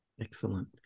Excellent